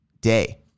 day